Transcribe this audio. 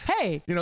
Hey